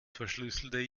verschlüsselte